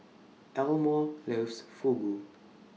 Elmore loves Fugu